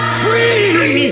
free